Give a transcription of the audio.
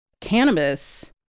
cannabis